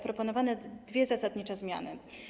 Proponowane są dwie zasadnicze zmiany.